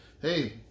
hey